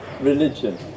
religion